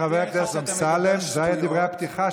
כשאתה אומר לחבר כנסת שלעולם הוא לא היה מתקבל בהייטק,